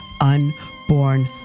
unborn